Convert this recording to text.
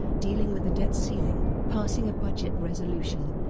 dealing with the debt ceiling, passing a budget resolution,